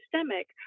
systemic